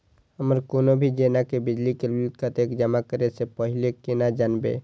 हमर कोनो भी जेना की बिजली के बिल कतैक जमा करे से पहीले केना जानबै?